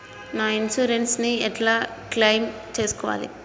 నా ఇన్సూరెన్స్ ని ఎట్ల క్లెయిమ్ చేస్కోవాలి?